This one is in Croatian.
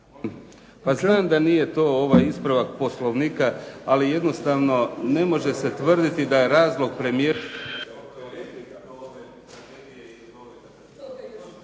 Pa znam da nije to ispravak Poslovnika, ali jednostavno ne može se tvrditi da je razlog … /Govornik